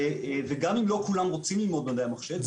וגם אם לא כולם רוצים ללמוד מדעי המחשב,